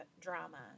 drama